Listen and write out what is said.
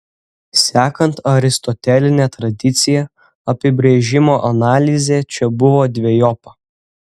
sekant aristoteline tradicija apibrėžimo analizė čia buvo dvejopa